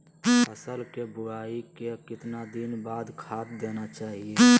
फसल के बोआई के कितना दिन बाद खाद देना चाइए?